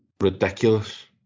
Ridiculous